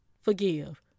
forgive